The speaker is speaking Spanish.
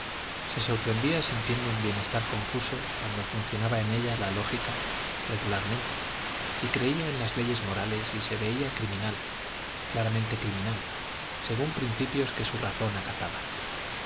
se sorprendía sintiendo un bienestar confuso cuando funcionaba en ella la lógica regularmente y creía en las leyes morales y se veía criminal claramente criminal según principios que su razón acataba